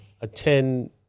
attend